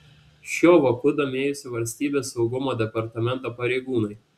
šiuo voku domėjosi valstybės saugumo departamento pareigūnai